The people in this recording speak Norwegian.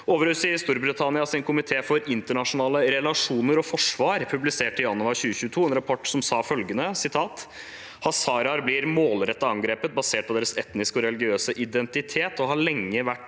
Overhuset i Storbritannias komité for internasjonale relasjoner og forsvar publiserte i januar 2022 en rapport hvor det står at hazaraer blir målrettet angrepet basert på deres etniske og religiøse identitet, og de har lenge vært